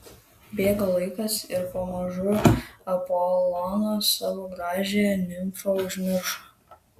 bėgo laikas ir pamažu apolonas savo gražiąją nimfą užmiršo